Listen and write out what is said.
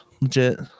legit